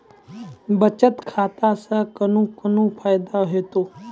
बचत खाता सऽ कून कून फायदा हेतु?